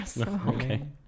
Okay